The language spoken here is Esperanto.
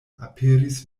aperis